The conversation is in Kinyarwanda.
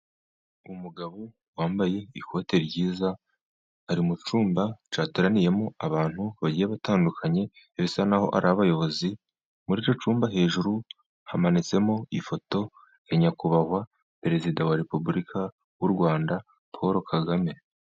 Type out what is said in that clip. Umugabo wambaye ikote ryiza ari mu cyumba cyateraniyemo abantu bagiye batandukanye, bisa naho ari abayobozi. Muri icyo cyumba hejuru hamanitsemo ifoto ya nyakubahwa perezida wa repuburika w'u Rwanda Paul Kagame.